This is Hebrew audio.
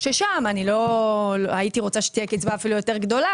ששם הייתי רוצה שתהיה קצבה אפילו גדולה